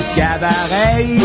cabaret